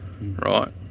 right